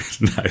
No